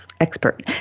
expert